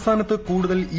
സംസ്ഥാനത്ത് കൂടുതൽ ഇ